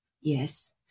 Yes